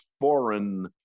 foreign